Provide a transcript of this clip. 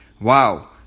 Wow